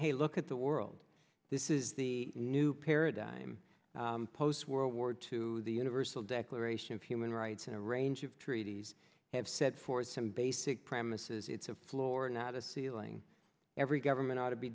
hey look at the world this is the new paradigm post world war two the universal declaration of human rights and a range of treaties have set forth some basic premises it's a floor not a ceiling every government ought to be